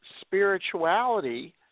spirituality